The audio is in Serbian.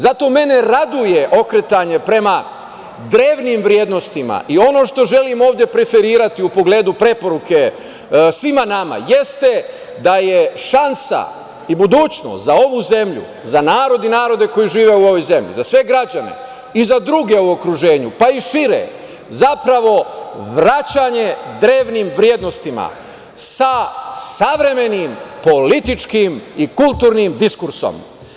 Zato mene raduje okretanje prema drevnim vrednostima i ono što želim ovde preferirati u pogledu preporuke svima nama, jeste da je šansa i budućnost za ovu zemlju, za narod i narode koji žive u ovoj zemlji, za sve građane i za druge u okruženju, pa i šire, zapravo vraćanje drevnim vrednostima sa savremenim političkim i kulturnim diskursom.